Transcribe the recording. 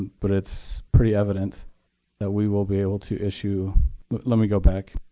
but it's pretty evident that we will be able to issue let me go back.